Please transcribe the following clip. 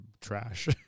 trash